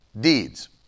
deeds